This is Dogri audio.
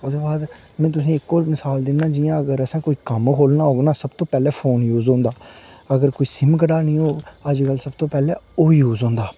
ओह्दे बाद में तोहें ई इक होर मसाल दि'न्नां जि'यां अगर असें कोई कम्म खो'ल्लना होग ना तां सब तो पैह्लें फोन यूज़ होंदा अगर कुसै गी सिम कड्ढानी होग अज्जकल सब तो पैह्लें ओह् यूज़ होंदा